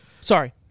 sorry